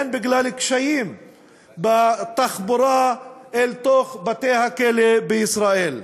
הן בגלל קשיים בתחבורה אל תוך בתי-הכלא בישראל.